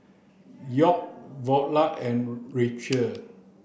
York Viola and Rachel